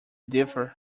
differ